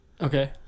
Okay